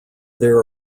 there